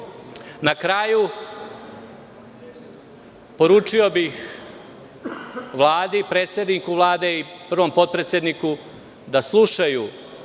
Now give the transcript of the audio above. kraju, poručio bih Vladi, predsedniku Vlade i prvom potpredsedniku da slušaju